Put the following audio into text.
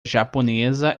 japonesa